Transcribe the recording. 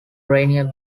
rainier